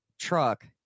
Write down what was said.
truck